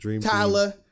Tyler